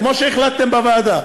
כמו שהחלטתם בוועדה,